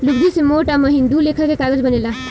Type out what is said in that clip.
लुगदी से मोट आ महीन दू लेखा के कागज बनेला